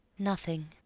nothing.